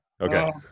okay